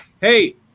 hey